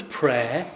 prayer